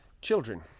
Children